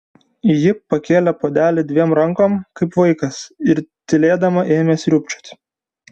ji pakėlė puodelį dviem rankom kaip vaikas ir tylėdama ėmė sriubčioti